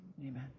Amen